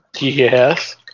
Yes